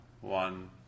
one